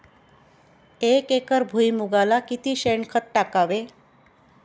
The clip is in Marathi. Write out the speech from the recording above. एक एकर भुईमुगाला किती शेणखत टाकावे?